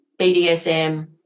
BDSM